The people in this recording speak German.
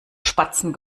spatzen